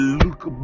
look